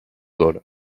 dole